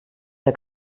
der